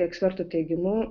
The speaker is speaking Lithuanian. ekspertų teigimu